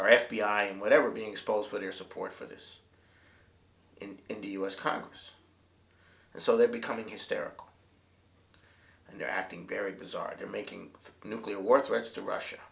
our f b i and whatever be exposed for their support for this in in the u s congress so they're becoming hysterical and they're acting very bizarre they're making nuclear war threats to russia